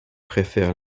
préfère